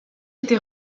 été